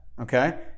Okay